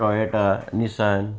Toyota Nissan